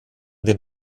den